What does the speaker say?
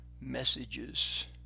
messages